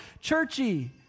churchy